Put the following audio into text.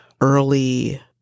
early